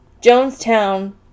Jonestown